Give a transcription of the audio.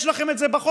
יש לכם את זה בחוק.